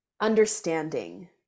understanding